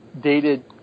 dated